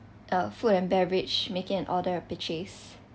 uh food and beverage making an order of purchase